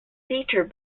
theatre